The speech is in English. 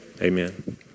Amen